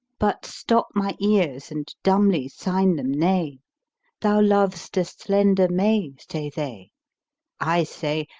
but stop my ears and dumbly sign them nay thou lov'st a slender may say they i say,